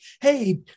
hey